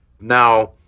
Now